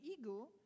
ego